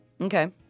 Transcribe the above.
Okay